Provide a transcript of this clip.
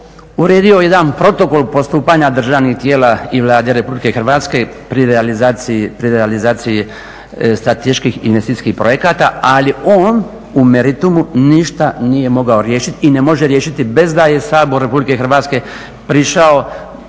uredio jedan protokol postupanja državnih tijela i Vlade RH pri realizaciji strateških investicijskih projekata ali on u meritumu ništa nije mogao riješiti i ne može riješiti bez da je Sabor RH prišao